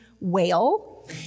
whale